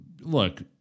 look